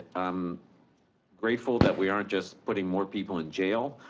i'm grateful that we aren't just putting more people in jail,